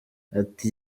ati